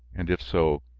and if so,